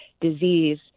disease